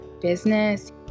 business